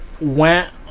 went